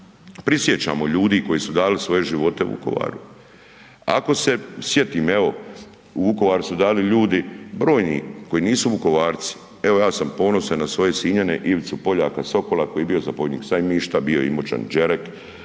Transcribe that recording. prisjećamo ljudi koji su dali svoje živote u Vukovaru, ako se sjetim evo u Vukovaru su dali ljudi brojni koji nisu Vukovarci. Evo ja sam ponosan na svoje Sinjane Ivicu Poljaka Sokola koji je bio zapovjednik Sajmišta, bio je Imoćanin Đerek,